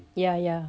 ya ya